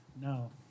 no